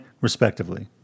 respectively